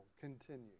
continue